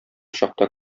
чакта